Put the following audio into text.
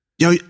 Yo